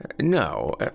No